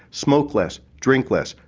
smoke less, drink less,